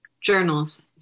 Journals